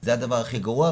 זה הדבר הכי גרוע,